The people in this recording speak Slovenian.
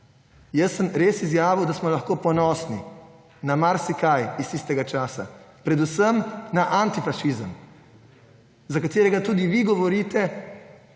Jaz sem res izjavil, da smo lahko ponosi na marsikaj iz tistega časa, predvsem na antifašizem, za katerega tudi vi govorite,